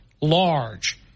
large